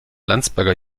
landsberger